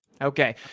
Okay